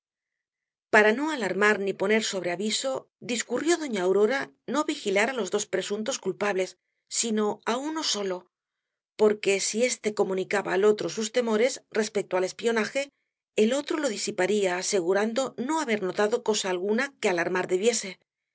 para no alarmar ni poner sobre aviso discurrió doña aurora no vigilar á los dos presuntos culpables sino á uno solo porque si éste comunicaba al otro sus temores respecto al espionaje el otro los disiparía asegurando no haber notado cosa alguna que alarmar debiese